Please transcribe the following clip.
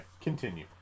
continue